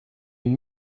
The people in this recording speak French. une